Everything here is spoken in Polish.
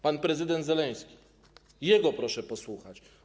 Pan prezydent Zełenski, jego proszę posłuchać.